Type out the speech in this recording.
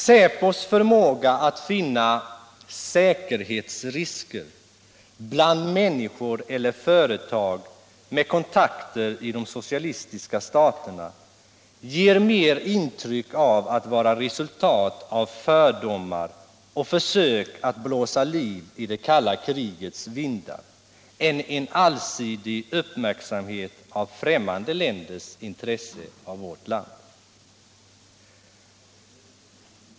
Säpos förmåga att finna säkerhetsrisker bland människor eller företag med kontakter i de socialistiska staterna ger mer intryck av att vara resultat av fördomar och försök att blåsa liv i det kalla krigets vindar än en allsidig uppmärksamhet på främmande länders intresse för vårt land.